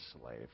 slave